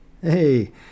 hey